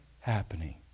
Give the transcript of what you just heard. happening